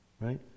Right